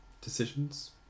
decisions